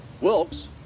Wilkes